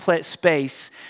space